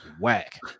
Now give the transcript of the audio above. whack